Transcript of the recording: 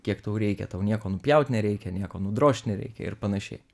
kiek tau reikia tau nieko nupjaut nereikia nieko nudrožt nereikia ir panašiai